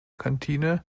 kantine